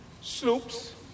sloops